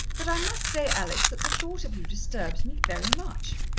but i must say, alex, that the thought of you disturbs me very much.